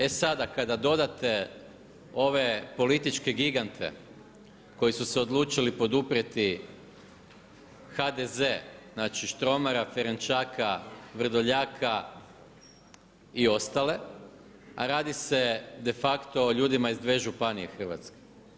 E sada kada dodate ove političke gigante koji su se odlučili poduprijeti HDZ, znači Štromara, Ferenčaka, Vrdoljaka i ostale a radi se de facto o ljudima iz 2 županije Hrvatske.